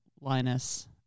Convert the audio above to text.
Linus